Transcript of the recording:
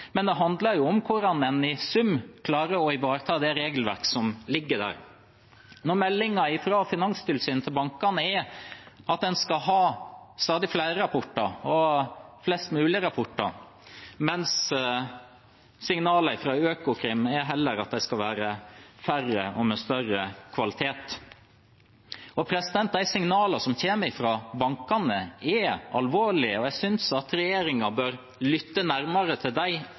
handler om hvordan en i sum klarer å ivareta det regelverket som ligger der – når meldingen fra Finanstilsynet til bankene er at en skal ha stadig flere rapporter, flest mulig rapporter, mens signalet fra Økokrim er at det heller skal være færre med større kvalitet. De signalene som kommer fra bankene, er alvorlige, og jeg synes regjeringen bør lytte nærmere til de